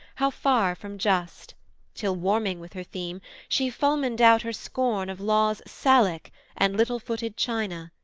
how far from just till warming with her theme she fulmined out her scorn of laws salique and little-footed china,